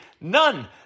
None